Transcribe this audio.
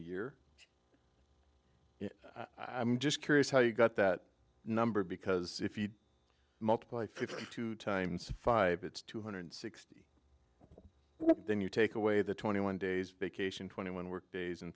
year i'm just curious how you got that number because if you multiply fifty two times five it's two hundred sixty then you take away the twenty one days vacation twenty one work days and